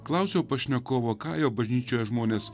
klausiau pašnekovo ką jo bažnyčioje žmonės